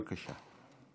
בבקשה.